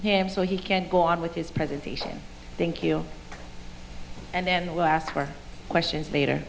him so he can go on with his presentation thank you and then ask for questions later